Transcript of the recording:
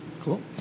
cool